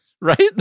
Right